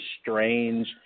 strange